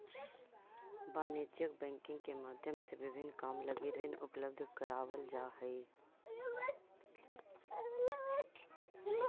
वाणिज्यिक बैंकिंग के माध्यम से विभिन्न काम लगी ऋण उपलब्ध करावल जा हइ